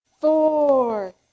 four